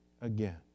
again